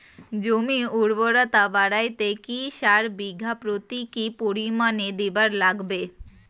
জমির উর্বরতা বাড়াইতে কি সার বিঘা প্রতি কি পরিমাণে দিবার লাগবে?